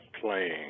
playing